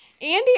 Andy